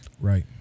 Right